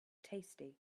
tasty